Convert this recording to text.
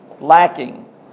lacking